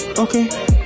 Okay